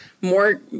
more